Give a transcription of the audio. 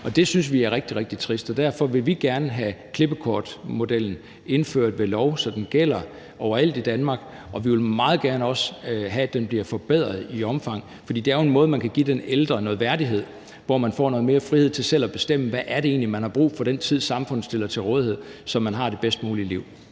Det synes vi er rigtig, rigtig trist, og derfor vil vi gerne have klippekortmodellen indført ved lov, så den gælder overalt i Danmark, og vi vil også meget gerne have, at den bliver forbedret i omfang. For det er jo en måde, vi kan give den ældre noget værdighed på, så de får noget mere frihed til selv at bestemme, hvad det egentlig er, de har brug for i den tid, samfundet stiller til rådighed, så de har det bedst mulige liv.